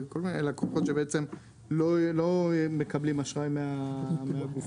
כל מיני לקוחות שבעצם לא מקבלים אשראי מהגופים